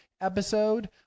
episode